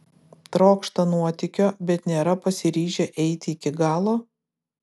trokšta nuotykio bet nėra pasiryžę eiti iki galo